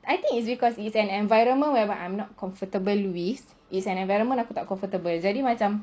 I think it's because it's an environment whereby I'm not comfortable with it's an environment aku tak comfortable jadi macam